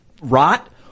rot